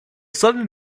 sudden